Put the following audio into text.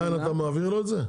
עדיין אתה מעביר לו את זה?